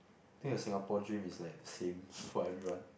think the Singapore dream is like the same for everyone